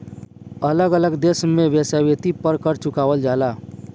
अलग अलग देश में वेश्यावृत्ति पर कर चुकावल जाला